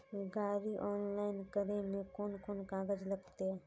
गाड़ी ऑनलाइन करे में कौन कौन कागज लगते?